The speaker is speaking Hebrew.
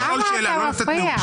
למה אתה מפריע?